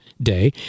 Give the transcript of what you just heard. day